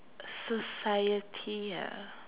society ah